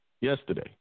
Yesterday